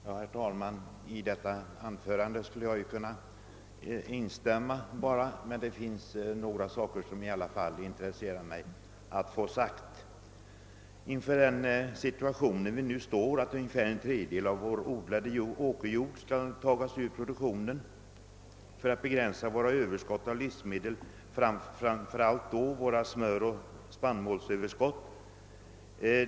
Herr talman! Jag skulle kunna inskränka mig till att bara instämma i herr Hanssons i Skegrie anförande, med det finns några saker som jag är intresserad av att få framföra i nuvarande situation, då ungefär en tredjedel av vår odlade åkerjord skall tas ur produktionen för att begränsa våra överskott av livsmedel, framför allt då våra smöroch spannmålsöverskott.